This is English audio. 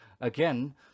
again